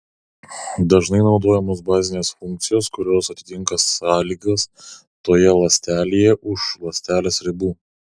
dažnai naudojamos bazinės funkcijos kurios atitinka sąlygas toje ląstelėje už ląstelės ribų